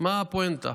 מה הפואנטה?